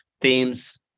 themes